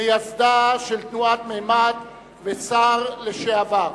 מייסדה של תנועת מימד ושר לשעבר.